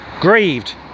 grieved